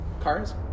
cars